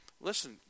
Listen